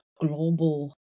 global